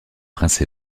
princes